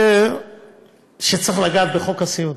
אני חושב שצריך לגעת בחוק הסיעוד,